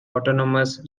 autonomous